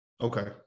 Okay